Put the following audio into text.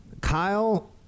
Kyle